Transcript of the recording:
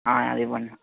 అదివ్వండి